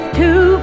two